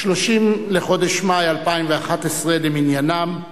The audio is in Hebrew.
30 בחודש מאי 2011 למניינם.